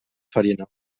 farina